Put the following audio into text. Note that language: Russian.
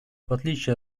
отличие